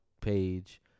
page